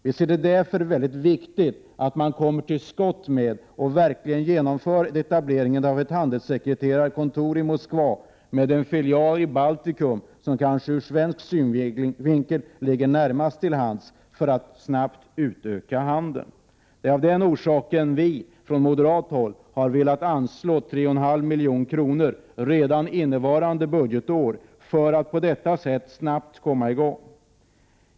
Det är därför mycket viktigt att vi kommer till skott med och genomför etableringen av ett handelskontor i Moskva med en filial i Baltikum, som ur svensk synvinkel kanske ligger närmast till hands för att handeln snabbt skall utökas. Det är av den orsaken som vi från moderat håll har velat anslå 3,5 milj.kr. redan innevarande budgetår, för att man snabbt skall komma i gång.